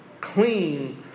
Clean